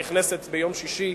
הנכנסת ביום שישי,